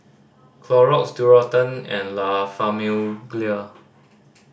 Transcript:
Clorox Dualtron and La Famiglia